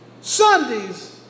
Sundays